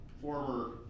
former